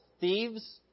Thieves